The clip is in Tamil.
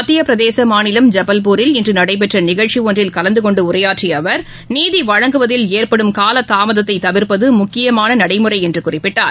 மத்தியப் பிரதேசமாநிலம் ஜபல்பூரில் இன்றுநடைபெற்றநிகழ்ச்சிஒன்றில் கலந்துகொண்டுஉரையாற்றியஅவர் நீதிவழங்குவதில் ஏற்படும் காலதாமதத்தைதவிர்ப்பதுமுக்கியமானநடைமுறைஎன்றுகுறிப்பிட்டார்